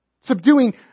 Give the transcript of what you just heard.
Subduing